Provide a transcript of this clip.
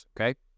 Okay